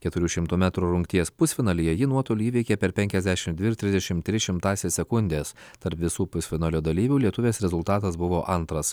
keturių šimtų metrų rungties pusfinalyje ji nuotolį įveikė per penkiasdešimt dvi ir trisdešimt tris šimtąsias sekundės tarp visų pusfinalio dalyvių lietuvės rezultatas buvo antras